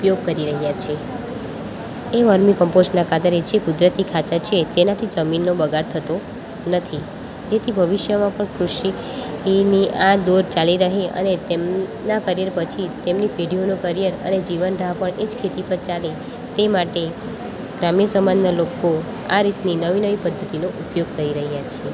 ઉપયોગ કરી રહ્યાં છે એ વોર્મિક કમ્પોસ્ટના ખાતરે છે તે કુદરતી ખાતર છે તેનાથી જમીનનો બગાડ થતો નથી તેથી ભવિષ્યમાં પણ કૃષિની આ દોર ચાલી રહે અને તેમના કરિયર પછી તેમની પેઢીઓનું કરિયર અને જીવન રાહ પણ એ જ ખેતી પર ચાલે તે માટે ગ્રામ્ય સમાજના લોકો આ રીતની નવી નવી પદ્ધતિનો ઉપયોગ કરી રહ્યાં છે